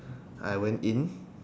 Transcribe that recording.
I went in